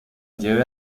lleve